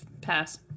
Pass